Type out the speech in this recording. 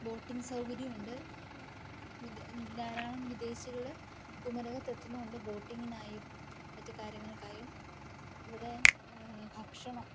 boating സൗകര്യം ഉണ്ട് ധാരാളം വിദേശികള് കുമരകത്ത് എത്തുന്നതുകൊണ്ട് ബോട്ടിങ്ങിനായും മറ്റു കാര്യങ്ങള്ക്കായും ഇവിടെ ഭക്ഷണം